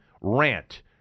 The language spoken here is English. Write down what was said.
rant